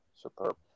Superb